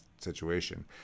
situation